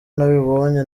nabibonye